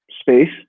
space